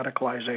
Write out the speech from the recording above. radicalization